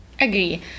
Agree